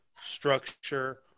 structure